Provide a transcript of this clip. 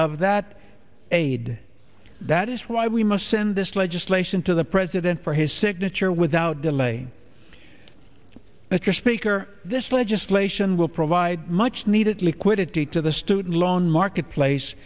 of that aid that is why we must send this legislation to the president for his signature without delay mr speaker this legislation will provide much needed liquidity to the student loan marketplace